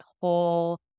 whole